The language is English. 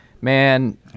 man